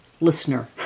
listener